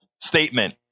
statement